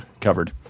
covered